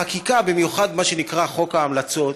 החקיקה, במיוחד מה שנקרא חוק ההמלצות,